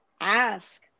ask